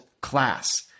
class